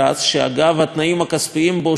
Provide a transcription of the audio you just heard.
התנאים הכספיים בו שופרו פעמיים,